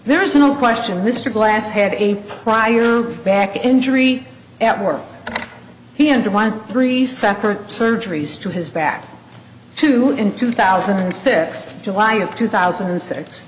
there is no question mr glass had a prior back injury at work he ended one three separate surgeries to his back to in two thousand and six july of two thousand and six